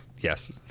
Yes